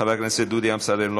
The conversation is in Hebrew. חבר הכנסת דודי אמסלם,